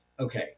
okay